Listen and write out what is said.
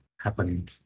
happening